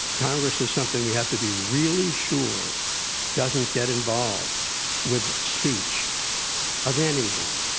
congress is something we have to be really sure doesn't get involved with speech of anyone.